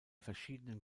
verschiedenen